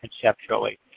conceptually